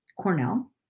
Cornell